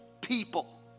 people